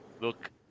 look